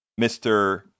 Mr